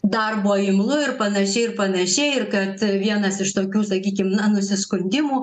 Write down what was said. darbo imlu ir panašiai ir panašiai ir kad vienas iš tokių sakykim na nusiskundimų